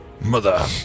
mother